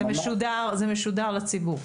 זה משודר לציבור.